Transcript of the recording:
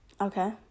okay